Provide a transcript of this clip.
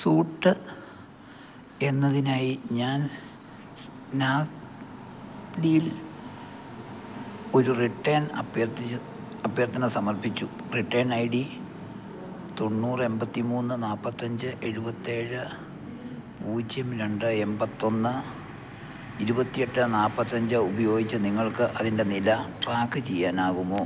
suit എന്നതിനായി ഞാൻ സ്നാപ്ഡീലില് ഒരു റിട്ടേൺ അഭ്യർത്ഥന സമർപ്പിച്ചു റിട്ടേൺ ഐ ഡി തൊണ്ണൂറ് എണ്പത്തിമൂന്ന് നാല്പ്പത്തിയഞ്ച് എഴുപത്തിയേഴ് പൂജ്യം രണ്ട് എണ്പത്തിയൊന്ന് ഇരുപത്തിയെട്ട് നാല്പ്പത്തിയഞ്ച് ഉപയോഗിച്ച് നിങ്ങൾക്ക് അതിൻ്റെ നില ട്രാക്ക് ചെയ്യാനാകുമോ